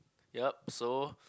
yup so